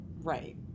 right